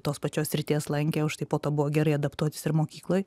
tos pačios srities lankė užtai po to buvo gerai adaptuotis ir mokykloj